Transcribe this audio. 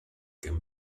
can